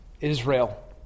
Israel